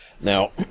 Now